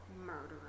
Murderer